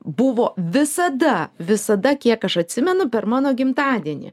buvo visada visada kiek aš atsimenu per mano gimtadienį